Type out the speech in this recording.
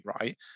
right